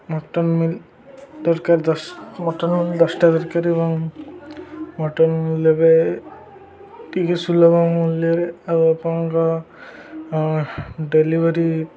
mutton meal ଦରକାର ଦଶ mutton meal ଦଶଟା ଦରକାର ଏବଂ ମଟନ ଏବେ ଟିକେ ସୁଲଭ ମୂଲ୍ୟରେ ଆଉ ଆପଣଙ୍କ ଡେଲିଭରି